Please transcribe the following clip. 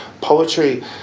poetry